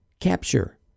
Capture